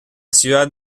ciudad